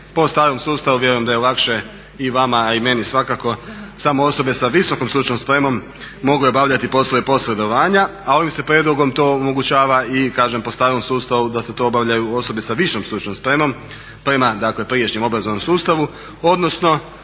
po starom sustavu, vjerujem da je lakše i vama a i meni svakako samo osobe sa visokom stručnom spremom mogle obavljati poslove posredovanja a ovim se prijedlogom to omogućava i kažem po starom sustavu da to obavljaju osobe sa višom stručnom spremom prema dakle prijašnjem obrazovnom sustavu odnosno